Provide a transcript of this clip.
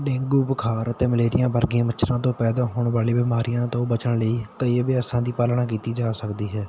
dengue ਬੁਖਾਰ ਅਤੇ malaria ਵਰਗੀਆਂ ਮੱਛਰਾਂ ਤੋਂ ਪੈਦਾ ਹੋਣ ਵਾਲੀ ਬਿਮਾਰੀਆਂ ਤੋਂ ਬਚਣ ਲਈ ਕਈ ਅਭਿਆਸਾਂ ਦੀ ਪਾਲਣਾ ਕੀਤੀ ਜਾ ਸਕਦੀ ਹੈ